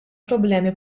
problemi